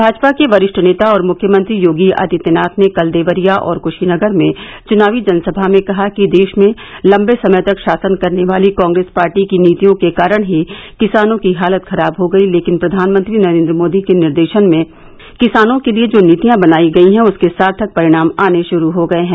भाजपा के वरिष्ठ नेता और मुख्यमंत्री योगी आदित्यनाथ ने कल देवरिया और कृशीनगर में चुनावी जनसभा में कहा कि देश में लम्बे समय तक शासन करने वाली कांग्रेस पार्टी की नीतियों के कारण ही किसानों की हालत खराब हो गई लेकिन प्रधानमंत्री नरेन्द्र मोदी के निर्देशन में किसानों के लिये जो नीतियां बनाई गई हैं उसके सार्थक परिणाम आने शुरू हो गये हैं